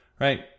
right